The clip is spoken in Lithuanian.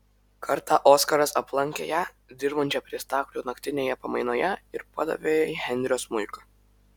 kartą oskaras aplankė ją dirbančią prie staklių naktinėje pamainoje ir padavė jai henrio smuiką